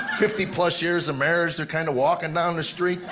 fifty plus years of marriage, they're kind of walking down the street.